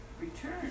Return